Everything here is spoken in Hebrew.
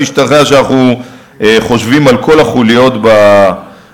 שתשתכנע שאנחנו חושבים על כל החוליות בשרשרת.